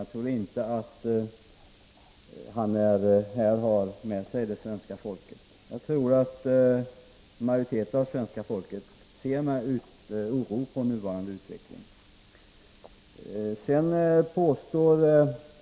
Jag tror inte att han här har med sig det svenska folket utan att majoriteten av människorna här i landet ser med oro på nuvarande utveckling.